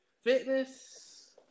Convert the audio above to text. fitness